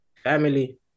family